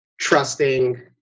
trusting